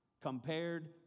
Compared